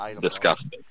disgusting